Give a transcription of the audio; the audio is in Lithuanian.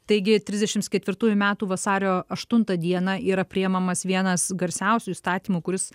taigi trisdešimt ketvirtųjų metų vasario aštuntą dieną yra priimamas vienas garsiausių įstatymų kuris